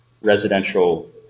residential